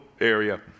area